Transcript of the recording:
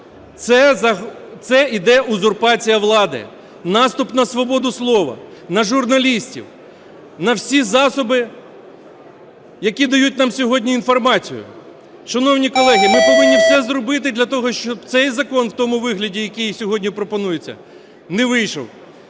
це іде узурпація влади, наступ на свободу слова, на журналістів, на всі засоби, які дають нам сьогодні інформацію. Шановні колеги, ми повинні все зробити для того, щоб цей закон в тому вигляді, який сьогодні пропонується, не вийшов.